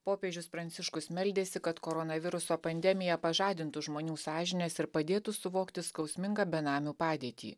popiežius pranciškus meldėsi kad koronaviruso pandemija pažadintų žmonių sąžines ir padėtų suvokti skausmingą benamių padėtį